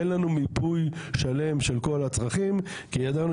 אין לנו מיפוי שלם של כל הצרכים כי ידענו